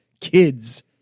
kids